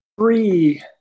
Three